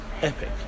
epic